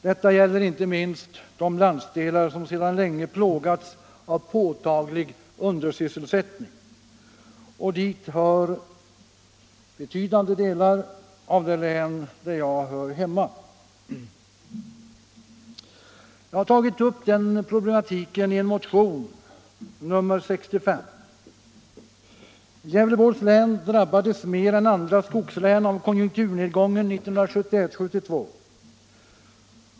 Detta gäller inte minst de landsdelar, som sedan länge plågats av en påtaglig undersysselsättning. Och dit hör stora delar av det län där jag hör hemma. Jag har tagit upp den problematiken i en motion, nr 65. Gävleborgs län drabbades mer än andra skogslän av konjunkturnedgången 1971-1972.